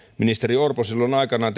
ministeri orpo silloin aikanaan